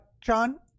John